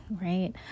right